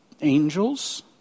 Angels